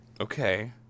Okay